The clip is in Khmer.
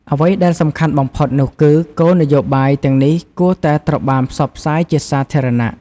អ្វីដែលសំខាន់បំផុតនោះគឺ គោលនយោបាយទាំងនេះគួរតែត្រូវបានផ្សព្វផ្សាយជាសាធារណៈ។